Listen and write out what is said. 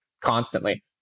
constantly